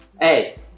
Hey